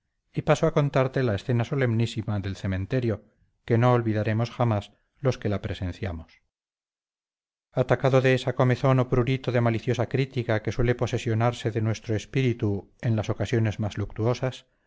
y paso a contarte la escena solemnísima del cementerio que no olvidaremos jamás los que la presenciarnos atacado de esa comezón o prurito de maliciosa crítica que suele posesionarse de nuestro espíritu en las ocasiones más luctuosas